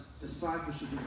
discipleship